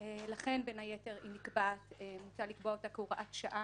ולכן בין היתר מוצע לקבוע אותה כהוראת שעה